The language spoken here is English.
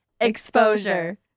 Exposure